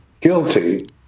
guilty